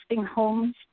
homes